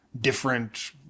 different